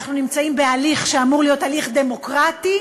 אנחנו נמצאים בהליך שאמור להיות הליך דמוקרטי,